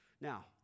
Now